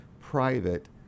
private